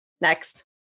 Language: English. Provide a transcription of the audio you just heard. Next